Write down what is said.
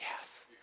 Yes